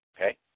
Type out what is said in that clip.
okay